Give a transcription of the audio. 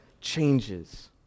changes